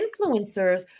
influencers